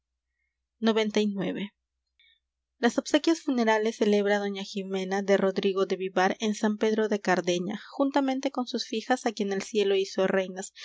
las obsequias funerales celebra doña jimena de rodrigo de vivar en san pedro de cardeña juntamente con sus fijas á quien el cielo hizo reinas